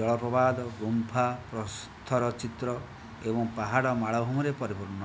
ଜଳପ୍ରପାତ ଗୁମ୍ଫା ପଥର ଚିତ୍ର ଏବଂ ପାହାଡ଼ ମାଳଭୂମିରେ ପରିପୂର୍ଣ୍ଣ